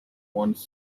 once